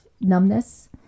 numbness